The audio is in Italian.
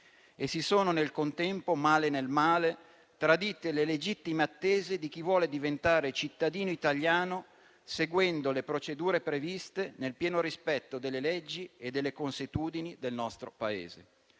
e si sono nel contempo - male nel male - tradite le legittime attese di chi vuole diventare cittadino italiano seguendo le procedure previste, nel pieno rispetto delle leggi e delle consuetudini del nostro Paese.